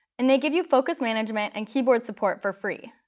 and they give you focus management and keyword support for free.